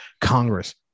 Congress